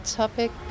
topic